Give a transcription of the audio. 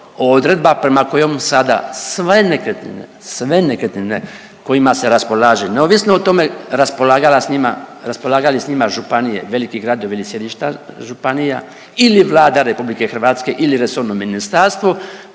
odredba prema kojom sada sve nekretnine, sve nekretnine kojima se raspolaže, neovisno o tome raspolagali s njima županije, veliki gradovi ili sjedišta županija ili Vlada RH ili resorno ministarstvo,